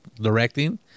directing